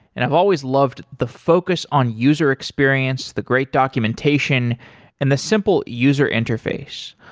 and i've always loved the focus on user experience, the great documentation and the simple user interface.